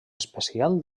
especial